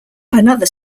another